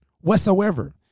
whatsoever